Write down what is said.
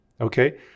okay